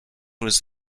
was